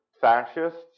fascists